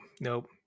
Nope